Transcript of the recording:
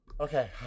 Okay